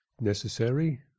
necessary